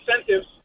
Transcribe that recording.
incentives